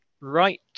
right